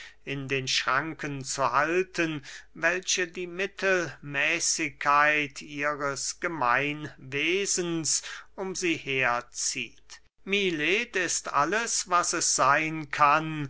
in den schranken zu halten welche die mittelmäßigkeit ihres gemeinwesens um sie her zieht milet ist alles was es seyn kann